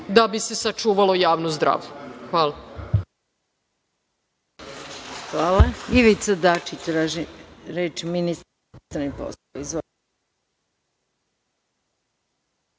da bi se sačuvalo javno zdravlje. Hvala.